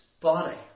body